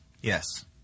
Yes